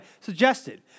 suggested